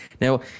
now